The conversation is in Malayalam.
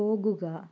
പോകുക